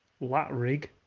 Latrig